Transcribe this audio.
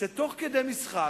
שתוך כדי משחק,